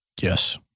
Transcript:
Yes